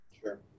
Sure